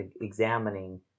examining